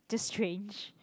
just strange